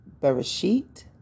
Bereshit